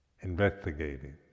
investigating